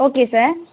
okay sir